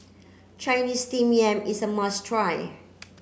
Chinese steamed yam is a must try